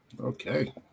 Okay